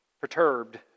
perturbed